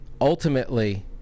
ultimately